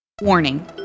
Warning